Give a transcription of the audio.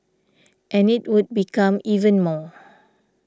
and it would become even more